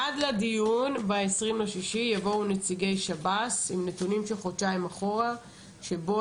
עד הדיון ב-20.6 יבואו נציגי שב"ס עם נתונים של חודשיים אחורה שבו